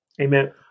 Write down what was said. Amen